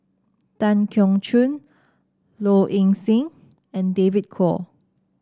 Tan Keong Choon Low Ing Sing and David Kwo